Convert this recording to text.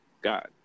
God